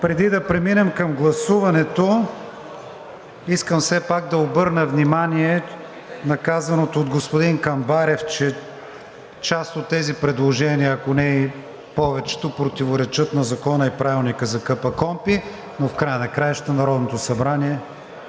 Преди да преминем към гласуването, искам все пак да обърна внимание на казаното от господин Камбарев, че част от тези предложения, ако не и повечето, противоречат на Закона и Правилника за КПКОНПИ, но в края на краищата Народното събрание